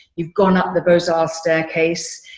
you've gone up the bizarre staircase.